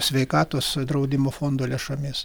sveikatos draudimo fondo lėšomis